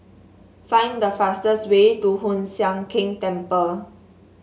find the fastest way to Hoon Sian Keng Temple